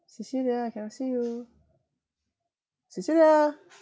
cecilia I cannot see you cecilia